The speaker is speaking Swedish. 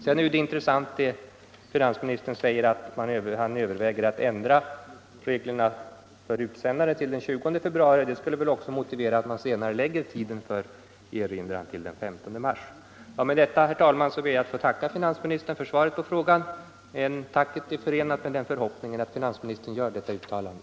Sedan är det intressant att finansministern säger att han överväger att ändra tiden för utsändande till den 20 februari. Det skulle väl också motivera att man senarelägger tiden för erinran till den 15 mars. Med detta, herr talman, ber jag att få tacka finansministern för svaret på frågan. Tacket är förenat med den förhoppningen att finansministern gör detta uttalande.